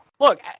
look